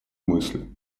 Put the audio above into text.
мысль